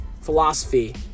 philosophy